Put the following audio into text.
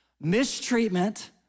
mistreatment